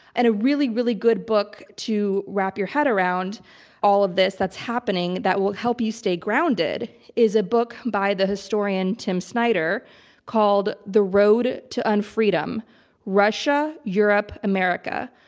and a really, really good book to wrap your head around all of this that's happening that will help you stay grounded is a book by the historian tim snyder called the road to unfreedom russia, europe, america.